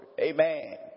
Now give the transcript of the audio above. Amen